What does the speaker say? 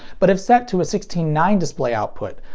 but if set to a sixteen nine display output,